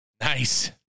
Nice